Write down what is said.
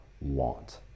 want